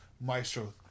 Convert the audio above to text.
maestro